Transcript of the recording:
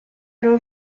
her